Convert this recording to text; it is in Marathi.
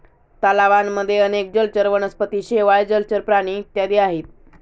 तलावांमध्ये अनेक जलचर वनस्पती, शेवाळ, जलचर प्राणी इत्यादी आहेत